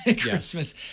Christmas